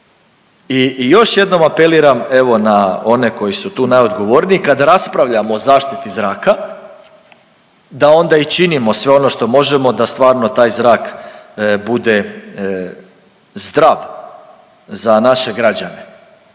i još jednom apeliram evo na one koji su tu najodgovorniji, kad raspravljamo o zaštiti zraka, da onda i činimo sve ono što možemo da stvarno taj zrak bude zdrav za naše građane.